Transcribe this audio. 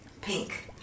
Pink